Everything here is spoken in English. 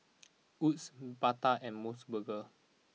Wood's Bata and Mos Burger